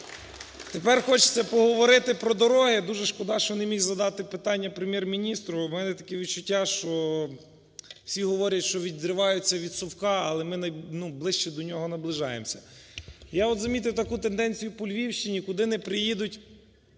Тепер хочеться поговорити про дороги, дуже шкода, що не міг задати питання Прем'єр-міністру. У мене таке відчуття, що всі говорять, що відриваються від совка, але ми ближче до нього наближаємося. Я от замітив таку тенденцію по Львівщині, куди не приїдуть